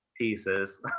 pieces